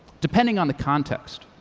depending on the context.